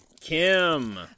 kim